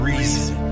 reason